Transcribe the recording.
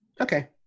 Okay